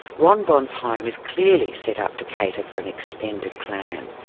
ron bon's home is clearly set up to cater for an extended clan,